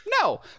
No